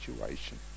situation